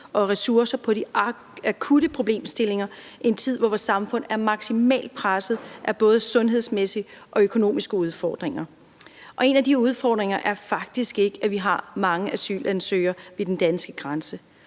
og ressourcer på de akutte problemstillinger i en tid, hvor vores samfund er maksimalt presset af både sundhedsmæssige og økonomiske udfordringer. Og en af de udfordringer er faktisk ikke, at vi har mange asylansøgere ved den danske grænse.